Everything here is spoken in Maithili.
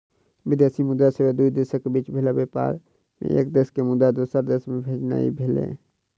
विदेशी मुद्रा सेवा दू देशक बीच भेल व्यापार मे एक देश के मुद्रा दोसर देश मे भेजनाइ भेलै